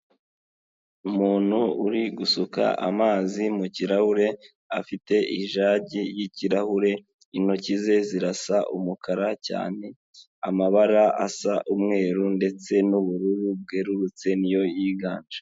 Umuntu uri gusuka amazi mu kirahure afite ijagi yi'kirahure intoki ze zirasa umukara cyane, amabara asa umweru ndetse n'ubururu bwerurutse niyo yiganje.